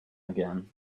again